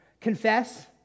Confess